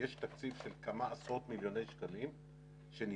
יש תקציב של כמה עשרות מיליוני שקלים שניתן